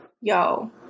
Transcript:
yo